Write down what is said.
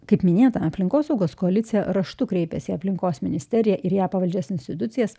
kaip minėta aplinkosaugos koalicija raštu kreipėsi į aplinkos ministeriją ir jai pavaldžias institucijas